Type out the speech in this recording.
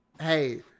hey